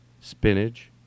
spinach